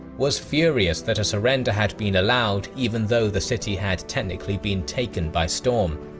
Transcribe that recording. was furious that a surrender had been allowed even though the city had technically been taken by storm.